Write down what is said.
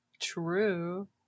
true